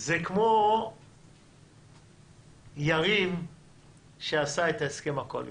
זה כמו יריב שעשה את ההסכם הקואליציוני.